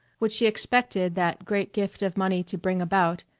what she expected that great gift of money to bring about,